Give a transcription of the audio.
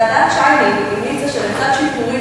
ועדת-שיינין המליצה שלצד שיפורים